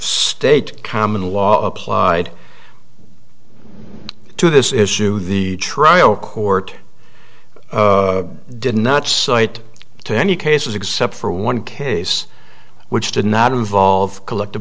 state common law applied to this issue the trial court did not cite to any cases except for one case which did not involve collective